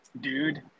dude